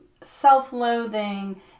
self-loathing